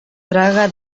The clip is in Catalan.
traga